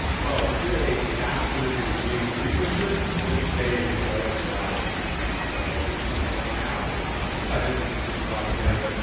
well, if you're a disasters and resilience researcher, this day is right up your alley. and so this is right up my alley. i'm excited that this has been brought together,